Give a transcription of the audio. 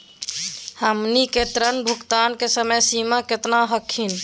हमनी के ऋण भुगतान के समय सीमा केतना हखिन?